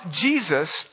Jesus